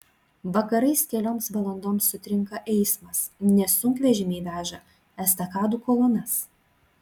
vakarais kelioms valandoms sutrinka eismas nes sunkvežimiai veža estakadų kolonas